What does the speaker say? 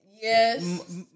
Yes